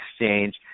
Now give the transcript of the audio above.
exchange